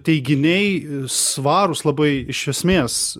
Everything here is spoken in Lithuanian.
teiginiai svarūs labai iš esmės